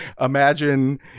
imagine